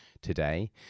today